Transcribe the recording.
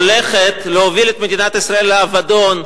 הולכת להוביל את מדינת ישראל לאבדון,